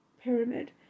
pyramid